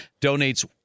donates